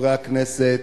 חברי הכנסת,